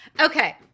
Okay